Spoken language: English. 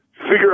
figure